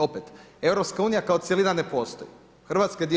Opet EU kao cjelina ne postoji, Hrvatska je dio EU.